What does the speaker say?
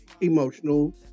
emotional